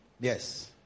Yes